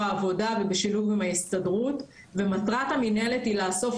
העבודה ובשילוב עם ההסתדרות ומטרת המנהלת היא לאסוף